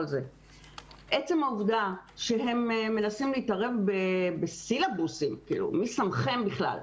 עצם העובדה שהם מנסים להתערב בסילבוסים מי שמכם בכלל?